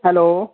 hello